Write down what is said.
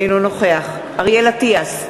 אינו נוכח אריאל אטיאס,